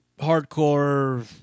hardcore